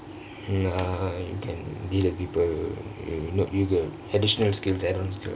mm ah you can deal with people not you got additional skills add on